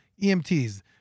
EMTs